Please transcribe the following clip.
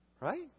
Right